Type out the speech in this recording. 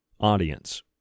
audience